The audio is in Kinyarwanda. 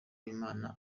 w’imana